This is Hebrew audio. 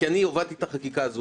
כי הובלתי את החקיקה הזו,